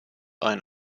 ein